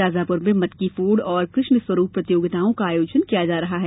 शाजापुर में मटकीफोड़ और कृष्णस्वरूप प्रतियोगिताओं का आयोजन किया जा रहा है